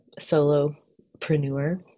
solopreneur